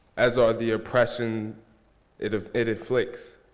as are the oppression it ah it inflicts.